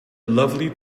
lovely